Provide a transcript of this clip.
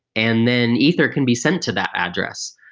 and then ether can be sent to that address.